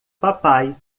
papai